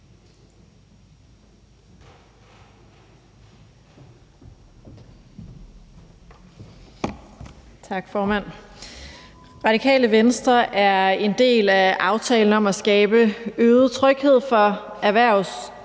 Tak, formand. Radikale Venstre er en del af aftalen om at skabe øget tryghed for